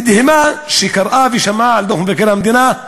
נדהמה כשהיא קראה ושמעה על דוח מבקר המדינה,